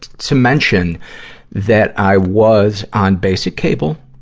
to mention that i was on basic cable.